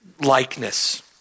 likeness